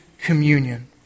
communion